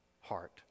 heart